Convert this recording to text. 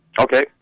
Okay